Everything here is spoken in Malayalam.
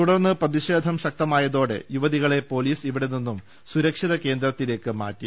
തുടർന്ന് പ്രതിഷേധം ശക്തമായതോടെ യുവതികളെ പൊലീസ് ഇവിടെ നിന്നും സുരക്ഷിത കേന്ദ്രത്തിലേക്ക് മാറ്റി